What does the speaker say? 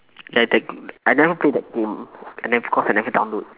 ya that good I never play that game I never cause I never download